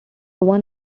one